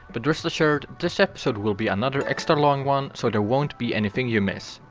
but rest assured this episode will be another extra long one so there won't be anything you miss!